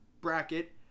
bracket